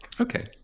Okay